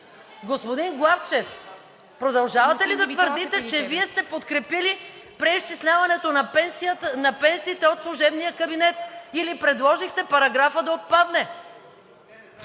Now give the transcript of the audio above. Господин Главчев, продължавате ли да твърдите, че Вие сте подкрепили преизчисляването на пенсиите от служебния кабинет, или предложихте параграфът да отпадне?